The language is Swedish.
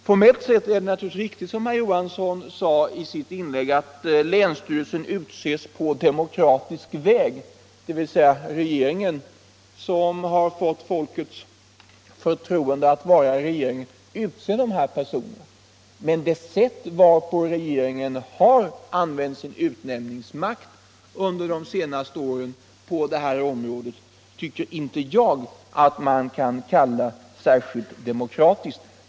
Formellt är det naturligtvis riktigt, som herr Johansson sade i sitt inlägg, att länsstyrelsen utses på demokratisk väg — regeringen som har fått folkets förtroende att vara regering utser de här personerna — men det sätt varpå regeringen under de senaste åren har använt sin utnämningsmakt på detta område tycker jag inte att man kan kalla särskilt demokratiskt.